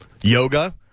Yoga